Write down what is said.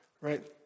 right